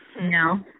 No